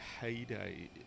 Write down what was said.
heyday